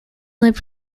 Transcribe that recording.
lived